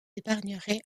épargnerai